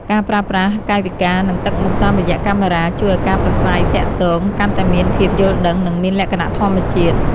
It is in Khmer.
ការប្រើប្រាស់កាយវិការ និងទឹកមុខតាមរយៈកាមេរ៉ា ជួយឱ្យការប្រាស្រ័យទាក់ទងកាន់តែមានភាពយល់ដឹង និងមានលក្ខណៈធម្មជាតិ។